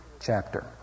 chapter